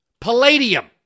palladium